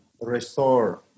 restore